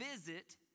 visit